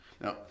Now